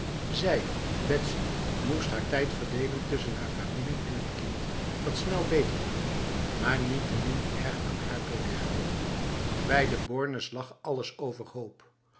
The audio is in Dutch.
volgdenzij betsy moest haar tijd verdelen tussen haar familie en het kind dat snel beterde maar niettemin erg aan haar bleef hechten bij de bornes lag alles overhoop